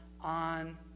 on